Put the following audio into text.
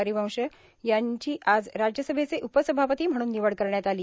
हरिवंश यांची आज राज्यसभेचे उपसभापती म्हणून निवड करण्यात आली